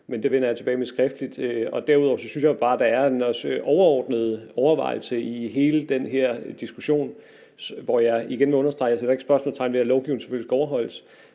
Men det vender jeg tilbage til skriftligt. Derudover synes jeg jo bare, der også er en overordnet overvejelse i hele den her diskussion, hvor jeg igen må understrege, at jeg ikke sætter spørgsmålstegn ved, at lovgivningen selvfølgelig skal overholdes.